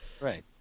Right